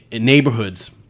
neighborhoods